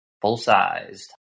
Full-sized